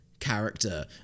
character